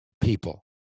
people